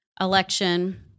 election